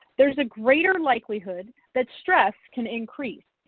there's a greater likelihood that stress can increase.